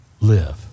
live